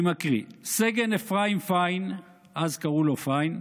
אני מקריא: סגן אפרים פיין, אז קראו לו פיין,